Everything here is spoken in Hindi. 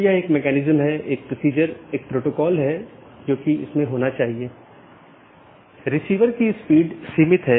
तो इस ईजीपी या बाहरी गेटवे प्रोटोकॉल के लिए लोकप्रिय प्रोटोकॉल सीमा गेटवे प्रोटोकॉल या BGP है